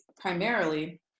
primarily